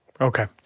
Okay